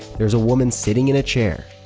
there's a woman sitting in a chair.